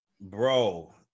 Bro